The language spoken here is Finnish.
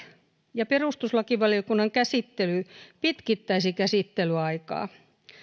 ja perustuslakivaliokunnan käsittely pitkittäisi käsittelyaikaa